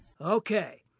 Okay